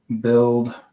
build